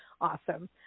awesome